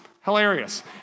hilarious